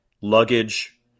luggage